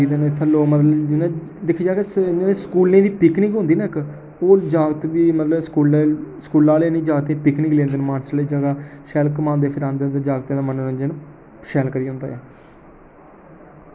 इ'त्थें लोग मतलब दिक्खे जा ते स्कूलै दी पिकनिक होंदी ना इक ओह् जागत बी मतलब स्कूलै स्कूला आह्ले नी जागतें ई पिकनिक लैंदे न मानसर लेई जाना शैल घुमांदे फरांदे न ते जागतें दा मनोरंजन शैल करियै होंदा ऐ